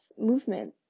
movement